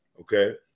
okay